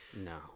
No